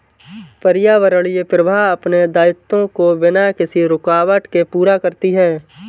पर्यावरणीय प्रवाह अपने दायित्वों को बिना किसी रूकावट के पूरा करती है